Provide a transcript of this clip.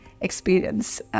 experience